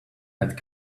add